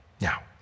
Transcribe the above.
Now